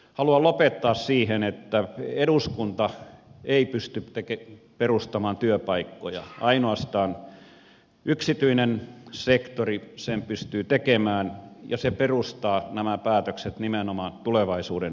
haluan lopettaa siihen että eduskunta ei pysty perustamaan työpaikkoja ainoastaan yksityinen sektori sen pystyy tekemään ja se perustaa nämä päätökset nimenomaan tulevaisuuden ennakointiin